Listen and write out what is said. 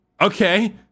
Okay